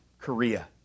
Korea